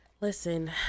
Listen